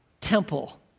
temple